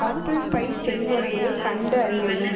apple pie செய்முறையைக் கண்டறியவும்